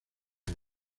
año